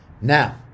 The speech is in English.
Now